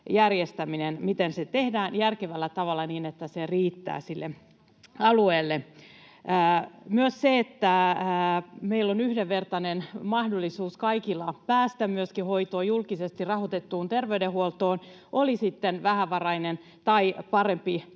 järjestäminen, miten se tehdään järkevällä tavalla niin, että se riittää sille alueelle. Meillä kaikilla myöskin on yhdenvertainen mahdollisuus päästä hoitoon, julkisesti rahoitettuun terveydenhuoltoon, oli sitten vähävarainen tai